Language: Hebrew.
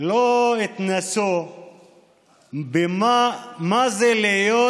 לא התנסו במה זה להיות